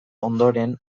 ondoren